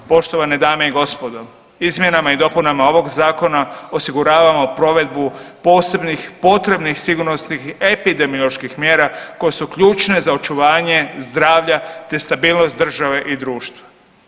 Poštovane dame i gospodo, izmjenama i dopunama ovog zakona osiguravamo provedbu posebnih potrebnih sigurnosnih i epidemioloških mjera koje su ključne za očuvanje zdravlja te stabilnost države i društva.